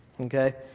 okay